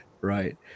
right